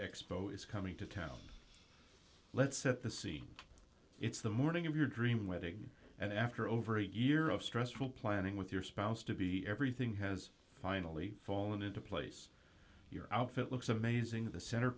exposed coming to town let's see it's the morning of your dream wedding and after over a year of stressful planning with your spouse to be everything has finally fallen into place your outfit looks amazing the